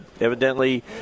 evidently